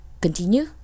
continue